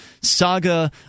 saga